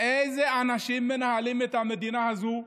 איזה אנשים מנהלים את המדינה הזו.